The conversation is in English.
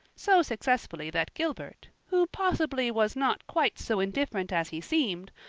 so successfully that gilbert, who possibly was not quite so indifferent as he seemed,